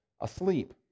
asleep